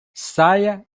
saia